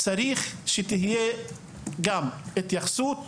אז צריך שתהיה גם התייחסות לזה.